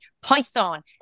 Python